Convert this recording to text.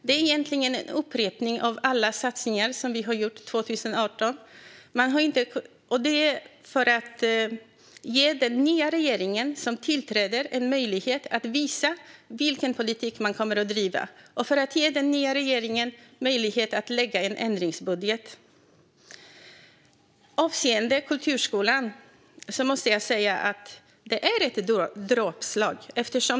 Det är egentligen en upprepning av alla satsningar som vi gjort 2018. Detta för att ge den regering som tillträder möjlighet att visa vilken politik den kommer att driva och för att ge den nya regeringen möjlighet att lägga fram en ändringsbudget. Avseende kulturskolan måste jag säga att det är ett dråpslag.